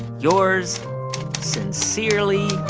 yours sincerely,